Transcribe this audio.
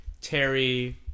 Terry